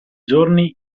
giorni